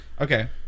Okay